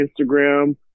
instagram